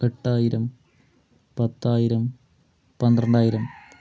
എട്ടായിരം പത്തായിരം പന്ത്രണ്ടായിരം